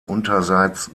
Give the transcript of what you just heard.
unterseits